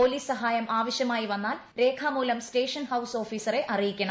police സഹായം ആവശ്യമായി വന്നാൽ രേഖാമൂലം സ്റ്റേഷൻ ഹൌസ് ഓഫീസറെ അറിയിക്കണം